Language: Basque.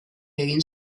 egin